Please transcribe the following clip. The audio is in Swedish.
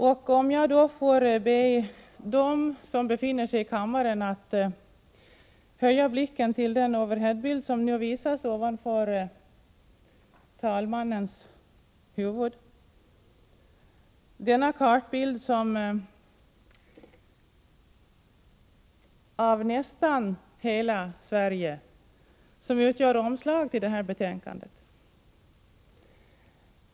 Får jag be dem som befinner sig i kammaren att höja blicken till den overheadbild som nu visas ovanför talmannens huvud. Denna kartbild av nästan hela Sverige utgör omslag till betänkandet.